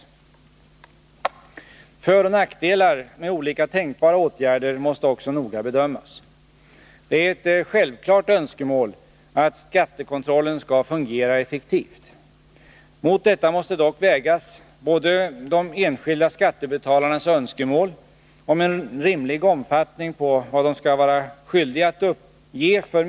i Föroch nackdelar med olika tänkbara åtgärder måste också noga bedömas. Det är ett självklart önskemål att skattekontrollen skall fungera effektivt. Mot detta måste dock vägas både de enskilda skattebetalarnas önskemål om en rimlig omfattning på vad de skall vara skyldiga att uppge för .